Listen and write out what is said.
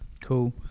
Cool